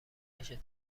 آتش